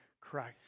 Christ